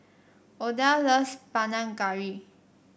Odell loves Panang Curry